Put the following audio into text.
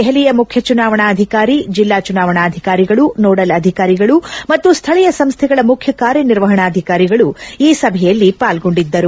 ದೆಹಲಿಯ ಮುಖ್ಯ ಚುನಾವಣಾಧಿಕಾರಿ ಜಿಲ್ಲಾ ಚುನಾವಣಾಧಿಕಾರಿಗಳು ನೋಡಲ್ ಅಧಿಕಾರಿಗಳು ಮತ್ತು ಸ್ವಳೀಯ ಸಂಸ್ವೆಗಳ ಮುಖ್ಯ ಕಾರ್ಯನಿರ್ವಹಣಾಧಿಕಾರಿಗಳು ಈ ಸಭೆಯಲ್ಲಿ ಪಾಲ್ಗೊಂಡಿದ್ದರು